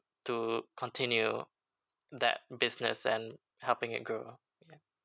to continue that business and helping it grow ya